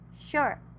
sure